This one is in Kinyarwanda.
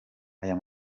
ayo